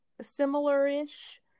similar-ish